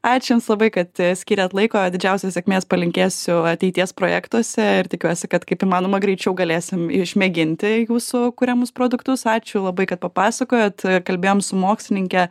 ačiū jums labai kad skyrėt laiko didžiausios sėkmės palinkėsiu ateities projektuose ir tikiuosi kad kaip įmanoma greičiau galėsim išmėginti jūsų kuriamus produktus ačiū labai kad papasakojot kalbėjom su mokslininke